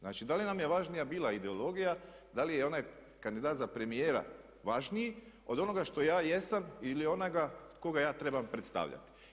Znači da li nam je važnija bila ideologija, da li je onaj kandidat za premijera važniji od onoga što ja jesam ili onoga koga ja trebam predstavljati.